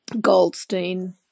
Goldstein